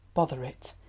bother it,